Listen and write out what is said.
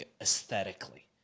aesthetically